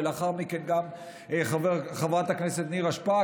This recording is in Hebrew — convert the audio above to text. ולאחר מכן גם חברת הכנסת נירה שפק,